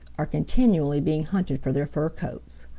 are continually being hunted for their fur coats.